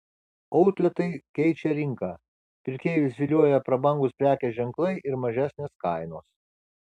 outletai keičia rinką pirkėjus vilioja prabangūs prekės ženklai ir mažesnės kainos